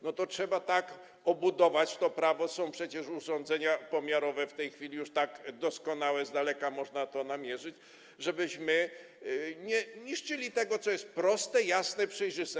No to trzeba właściwie obudować to prawo, są przecież urządzenia pomiarowe w tej chwili już tak doskonałe, z daleka można to namierzyć, tak żebyśmy nie niszczyli tego, co jest proste, jasne, przejrzyste.